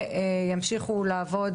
ימשיכו לעבוד